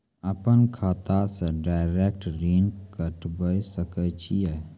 अपन खाता से डायरेक्ट ऋण कटबे सके छियै?